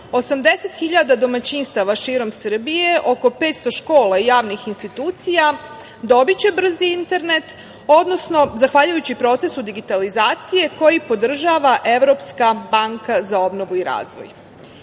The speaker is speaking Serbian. hiljada domaćinstava širom Srbije, oko 500 škola i javnih institucija dobiće brzi internet, odnosno zahvaljujući procesu digitalizacije koji podržava Evropska banka za obnovu i razvoj. Vilijem